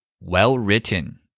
well-written